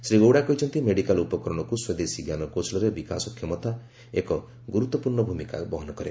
ଶ୍ରୀ ଗୌଡ଼ା କହିଛନ୍ତି ମେଡିକାଲ୍ ଉପକରଣକୁ ସ୍ୱଦେଶୀ ଜ୍ଞାନକୌଶଳରେ ବିକାଶ କ୍ଷମତା ଏକ ଗୁରୁତ୍ୱପୂର୍ଣ୍ଣ ଭୂମିକା ବହନ କରେ